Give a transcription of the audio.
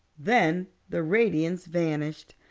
then the radiance vanished.